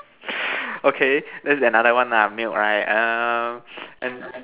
okay that's another one lah milk right err and